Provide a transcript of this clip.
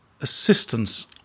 assistance